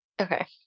okay